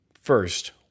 first